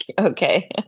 okay